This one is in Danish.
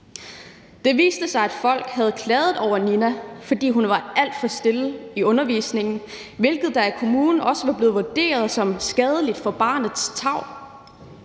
Det viste sig, at folk havde klaget over Nina, fordi hun var alt for stille i undervisningen, hvilket i kommunen også var blevet vurderet som skadeligt for barnets tarv.